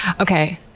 okay,